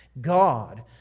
God